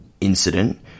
incident